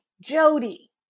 Jody